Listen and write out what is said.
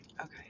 Okay